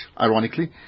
ironically